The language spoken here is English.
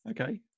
Okay